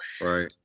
right